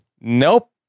Nope